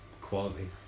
quality